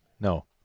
No